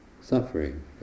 suffering